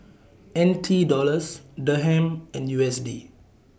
N T Dollars Dirham and U S D